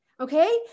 Okay